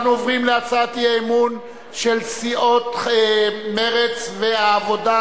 אנחנו עוברים להצעת האי-אמון של סיעות מרצ והעבודה